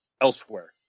elsewhere